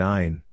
Nine